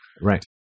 Right